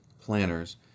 planners